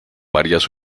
varias